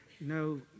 No